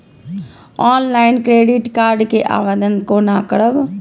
Online credit card के आवेदन कोना करब?